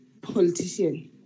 politician